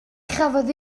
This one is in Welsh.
chafodd